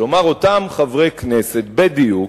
כלומר, אותם חברי כנסת בדיוק,